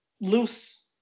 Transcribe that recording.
loose